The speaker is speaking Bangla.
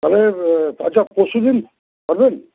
তাহলে আচ্ছা পরশু দিন পারবেন